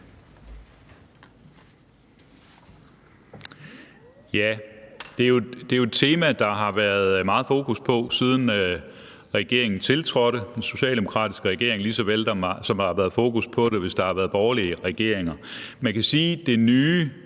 Det er jo et tema, der har været meget fokus på, siden den socialdemokratiske regering tiltrådte, lige så vel som der har været fokus på det, når der har været borgerlige regeringer. Man kan sige, at det nye